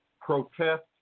protest